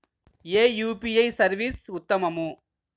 ఏ UPI service ఉత్తమము?